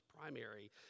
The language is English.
primary